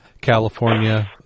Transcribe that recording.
California